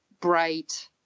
bright